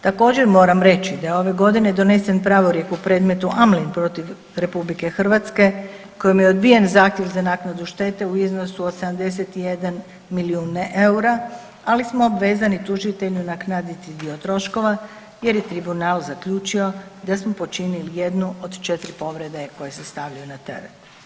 Također, moram reći da je ove godine donesen pravorijek u predmetu Amlin protiv RH kojim je odbijen zahtjev za naknadu štete u iznosu od 71 milijun eura, ali smo obvezani tužitelju nadoknaditi dio troškova jer je Tribunal zaključio da smo počinili jednu od 4 povrede koje se stavljaju na teret.